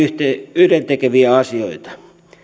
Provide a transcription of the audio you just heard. yhdentekeviä asioita